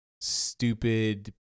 stupid